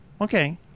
Okay